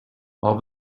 all